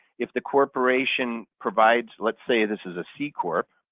if the corporation provides let's say this is a c-corp,